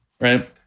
right